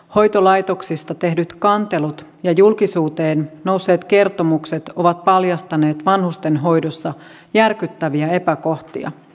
hoitolaitoksista tehdyt kantelut ja julkisuuteen nousseet kertomukset ovat paljastaneet vanhustenhoidossa järkyttäviä epäkohtia